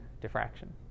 diffraction